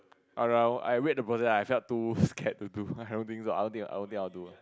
oh no I wait the process I felt too scared to do I don't think so I don't think I don't think I will do